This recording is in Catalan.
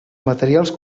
materials